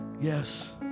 yes